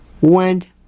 went